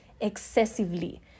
excessively